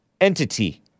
entity